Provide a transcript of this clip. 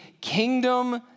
kingdom